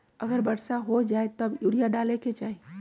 अगर वर्षा हो जाए तब यूरिया डाले के चाहि?